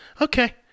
okay